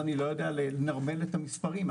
אני לא יודע לנרמל את המספרים.